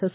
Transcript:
S